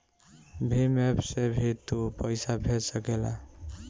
Bhim app से भी तू पईसा भेज सकेला